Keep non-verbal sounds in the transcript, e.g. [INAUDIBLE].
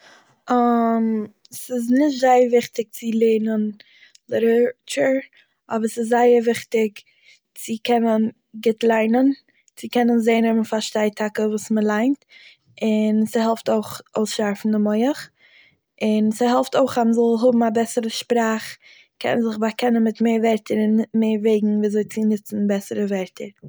[HESITATION] ס'איז נישט זייער וויכטיג צו לערנען ליטעראטשור, אבער ס'איז זייער וויכטיג צו קענען גוט ליינען, צו קענען זעהן אויב מ'פארשטייט טאקע וואס מ'ליינט און, ס'העלפט אויך אויסשארפן די מח, און ס'העלפט אויך אז מ'זאל האבן א בעסערע שפראך קענען זיך באקענען מיט מער ווערטער און מער וועגן וויאזוי צו ניצן בעסערע ווערטער